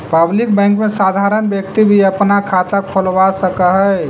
public bank में साधारण व्यक्ति भी अपना खाता खोलवा सकऽ हइ